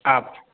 आप